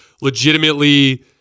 legitimately